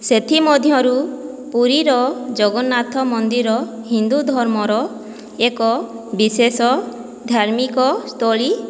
ସେଥି ମଧ୍ୟରୁ ପୁରୀର ଜଗନ୍ନାଥ ମନ୍ଦିର ହିନ୍ଦୁ ଧର୍ମର ଏକ ବିଶେଷ ଧାର୍ମିକ ସ୍ଥଳୀ